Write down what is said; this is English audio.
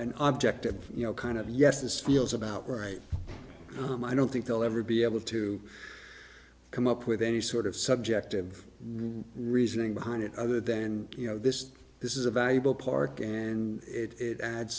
an object of you know kind of yes this feels about right home i don't think they'll ever be able to come up with any sort of subjective reasoning behind it other than you know this is this is a valuable part and it adds